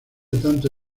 tanto